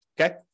Okay